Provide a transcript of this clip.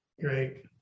Great